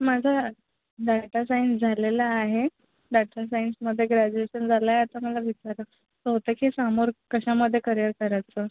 माझं data science झालेलं आहे डाटा सायन्समध्ये ग्रेजुएशन झालं आहे आता मला विचारायचं होतं की समोर कशामध्ये करिअर करायचं